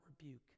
rebuke